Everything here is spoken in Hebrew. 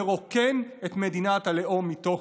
לכן,